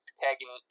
tagging